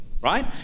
right